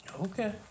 Okay